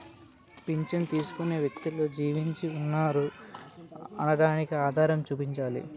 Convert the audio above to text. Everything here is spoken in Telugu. పింఛను తీసుకునే వ్యక్తులు జీవించి ఉన్నారు అనడానికి ఆధారం చూపించాలి